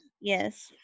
Yes